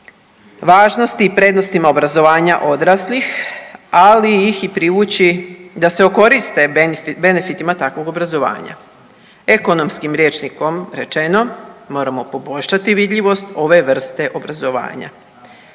važnosti i prednostima obrazovanja odraslih, ali ih i privući da se okoriste benefitima takovog obrazovanja. Ekonomskim rječnikom rečeno moramo poboljšati vidljivost ove vrste obrazovanja,